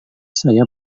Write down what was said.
saya